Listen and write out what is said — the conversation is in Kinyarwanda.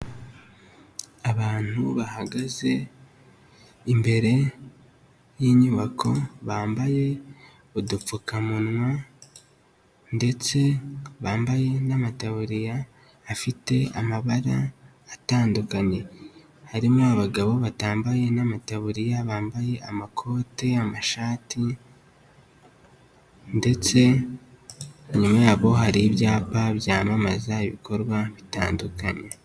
Abantu bahagaze imbere y'inyubako, bambaye udupfukamunwa, ndetse bambaye n'amataburiya, afite amabara atandukanye. Harimo abagabo batambaye n'amataburiya, bambaye amakote, amashati, ndetse nyuma yabo, hari ibyapa byamamaza ibikorwa bitandukanye.